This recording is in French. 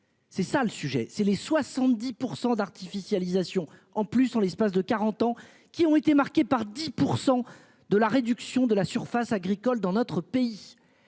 C'est ça le sujet, c'est les 70% d'artificialisation en plus en l'espace de 40 ans qui ont été marquées par 10% de la réduction de la surface agricole dans notre pays